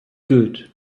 good